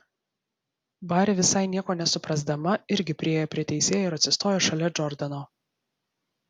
bari visai nieko nesuprasdama irgi priėjo prie teisėjo ir atsistojo šalia džordano